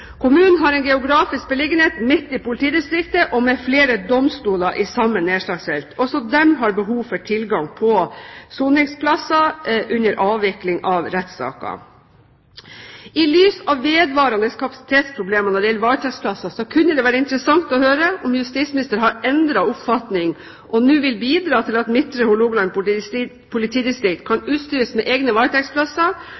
Kommunen har en beliggenhet midt i politidistriktet og med flere domstoler i samme nedslagsfelt. Også disse har behov for tilgang på soningsplasser under avvikling av rettssaker. I lys av vedvarende kapasitetsproblemer når det gjelder varetektsplasser, kunne det være interessant å høre om justisministeren har endret oppfatning og nå vil bidra til at Midtre Hålogaland politidistrikt kan